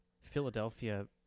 Philadelphia